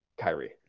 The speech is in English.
Kyrie